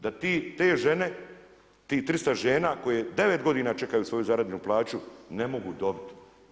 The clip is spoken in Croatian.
Da te žene, tih 300 žena koje 9 godina čekaju svoju zarađenu plaću ne mogu dobiti.